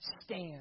stand